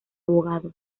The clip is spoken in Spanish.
abogado